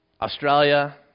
Australia